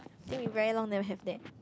I think we very long never have that